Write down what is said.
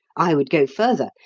i would go further,